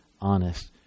honest